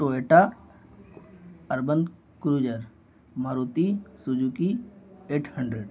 تو ایٹا urban cruiser Maruti Suzuki eight hundred